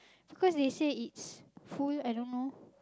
because they say it's full I don't know